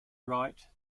write